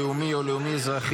לאומי או לאומי-אזרחי,